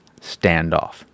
standoff